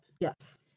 Yes